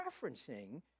referencing